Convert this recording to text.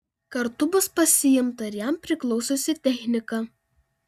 kartu bus pasiimta ir jam priklausiusi technika